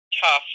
tough